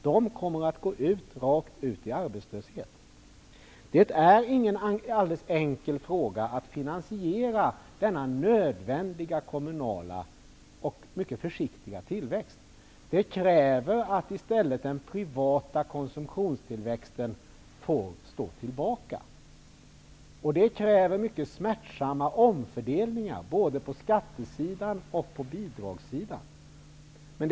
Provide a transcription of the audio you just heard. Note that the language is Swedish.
De kommer att gå rakt ut i arbetslöshet. Det är inte någon alldeles enkel uppgift att finansiera denna nödvändiga mycket försiktiga kommunala tillväxt. Det kräver att den privata konsumtionstillväxten får stå tillbaka, och det kräver mycket smärtsamma omfördelningar både på skatteområdet och på bidragsområdet.